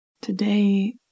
Today